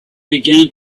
began